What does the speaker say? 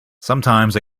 sometimes